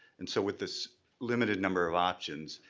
and so with this limited number of options,